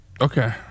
Okay